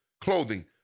clothing